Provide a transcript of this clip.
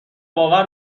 باور